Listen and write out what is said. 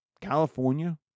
California